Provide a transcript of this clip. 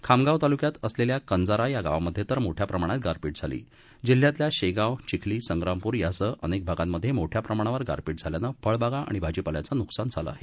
खामगाव तालुक्यात असलेल्या कंजारा या गावांमध्ये तर मोठ्या प्रमाणात गारपिट झाली जिल्ह्यातल्या शेगाव चिखली संग्रामपूर यासह अनेक भागांमध्ये मोठ्या प्रमाणावर गारपीट झाल्यानं फळबागा आणि भाजीपाल्याचे नुकसान झालं आहे